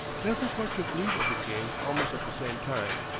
bethencourt took leave of the king almost at the same time,